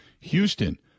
Houston